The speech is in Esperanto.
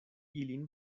ilin